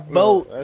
boat